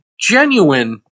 genuine